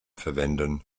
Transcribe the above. verwenden